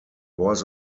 was